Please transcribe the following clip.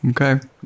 Okay